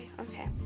Okay